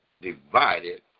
divided